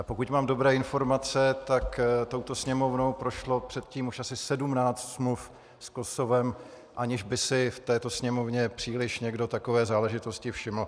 Pokud mám dobré informace, tak touto Sněmovnou prošlo předtím už asi 17 smluv s Kosovem, aniž by si v této Sněmovně příliš někdo takové záležitosti všiml.